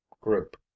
group